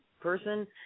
person